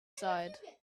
side